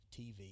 TV